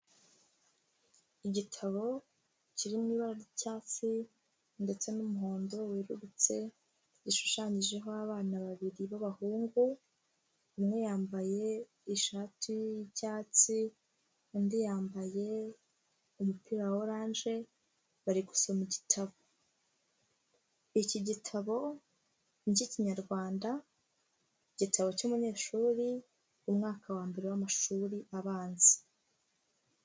Igitabo kirimo ibara ry'icyatsi ndetse n'umuhondo werurutse, gishushanyijeho abana babiri b'abahungu, umwe yambaye ishati y'icyatsi, undi yambaye umupira wa orange. Bari gusoma igitabo cy'ikinyarwanda, igitabo cy'umunyeshuri umwaka wa mbere w'amashuri abanza.